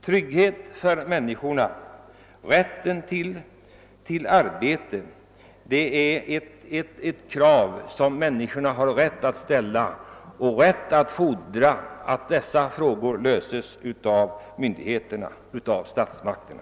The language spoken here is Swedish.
Trygghet i arbetslivet och rätten till arbete är krav som människorna har rätt att ställa, och de har också rätt att fordra att dessa frågor löses av statsmakterna.